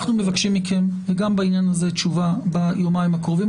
אנחנו מבקשים מכם תשובה גם בעניין הזה ביומיים הקרובים.